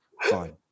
fine